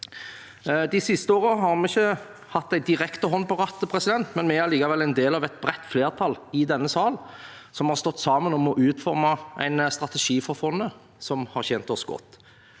De siste årene har vi ikke hatt en hånd direkte på rattet, men vi er allikevel en del av et bredt flertall i denne sal som har stått sammen om å utforme en strategi for fondet, som har tjent oss godt.